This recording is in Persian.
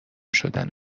شدن